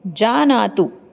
जानातु